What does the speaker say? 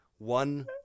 One